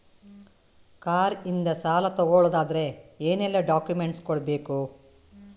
Car ಇಂದ ಸಾಲ ತಗೊಳುದಾದ್ರೆ ಏನೆಲ್ಲ ಡಾಕ್ಯುಮೆಂಟ್ಸ್ ಕೊಡ್ಬೇಕು?